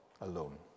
alone